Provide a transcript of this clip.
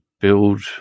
build